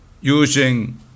using